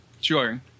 sure